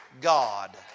God